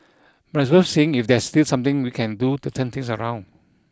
but it's worth seeing if there's still something we can do to turn things around